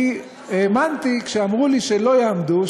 אני האמנתי כשאמרו לי שלא יעמדו,